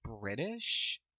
British